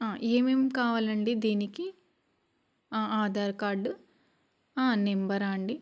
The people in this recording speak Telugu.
ఏమేం కావాలండి దీనికి ఆధార్ కార్డు నెంబరా అండి